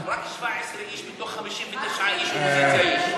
רק 17 איש מתוך 59 איש באופוזיציה יש.